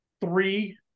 three